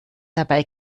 dabei